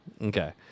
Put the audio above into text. Okay